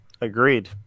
Agreed